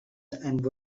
and